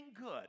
good